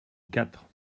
quatre